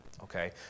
okay